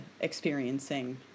experiencing